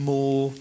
more